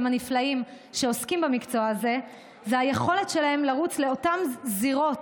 הנפלאים שעוסקים במקצוע הזה הוא היכולת שלהם לרוץ לאותן זירות,